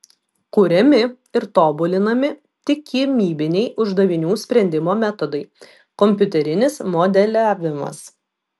kuriami ir tobulinami tikimybiniai uždavinių sprendimo metodai kompiuterinis modeliavimas